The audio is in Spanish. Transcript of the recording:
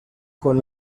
con